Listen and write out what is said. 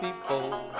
people